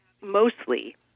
mostly